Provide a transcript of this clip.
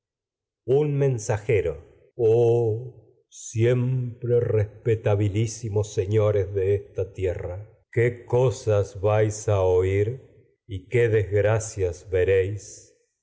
un mensajero oh siempre respetabilísimos seño cosas res de esta tierra qué vais a oír y qué desgra pa cias veréis